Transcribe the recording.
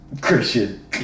Christian